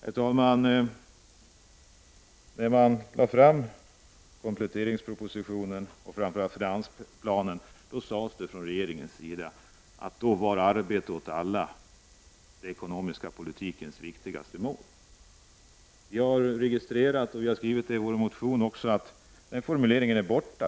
Herr talman! När kompletteringspropositionen och framför allt finansplanen lades fram sades det från regeringens sida att arbete åt alla var den ekonomiska politikens viktigaste mål. Vi har registrerat att den formuleringen är borta och påpekat det i vår motion.